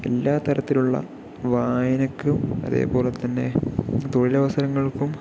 എല്ലാ തരത്തിലുള്ള വായനയ്ക്കും അതേപോലെ തന്നെ തൊഴിലവസരങ്ങൾക്കും